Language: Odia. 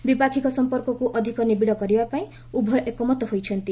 ଦ୍ୱିପାକ୍ଷିକ ସମ୍ପର୍କକ୍ ଅଧିକ ନିବିଡ଼ କରିବାପାଇଁ ଉଭୟ ଏକମତ ହୋଇଛନ୍ତି